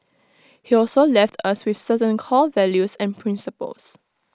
he also left us with certain core values and principles